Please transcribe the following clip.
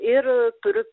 ir turiu